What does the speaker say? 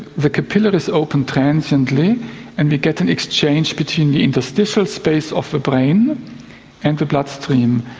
the capillaries open transiently and we get an exchange between the interstitial space of the brain and the bloodstream.